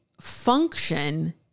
function